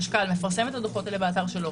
החשכ"ל מפרסם את הדוחות האלה באתר שלו,